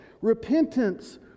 repentance